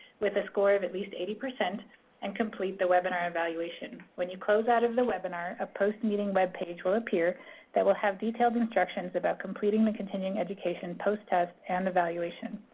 with a score of at least eighty percent and complete the webinar evaluation. when you close out of the webinar, a post-meeting web page will appear that will have detailed instructions about completing the continuing education post-test and evaluation.